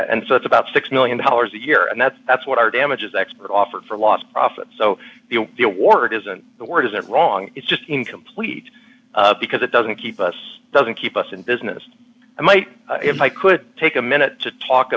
and so it's about six million dollars a year and that's that's what our damages expert offered for last profit so it isn't the word isn't wrong it's just complete because it doesn't keep us doesn't keep us in business i might if i could take a minute to talk